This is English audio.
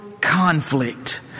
conflict